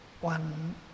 one